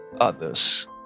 others